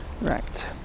Right